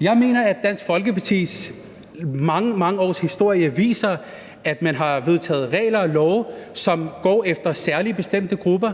Jeg mener, at Dansk Folkepartis mange, mange års historie viser, at man har vedtaget regler og love, som går efter særlige, bestemte grupper.